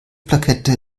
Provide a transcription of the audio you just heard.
plakette